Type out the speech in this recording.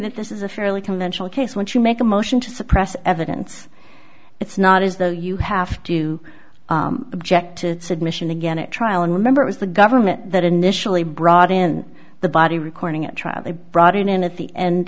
that this is a fairly conventional case once you make a motion to suppress evidence it's not as though you have to object to submission again at trial and remember it was the government that initially brought in the body recording at trial they brought it in at the end